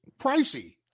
pricey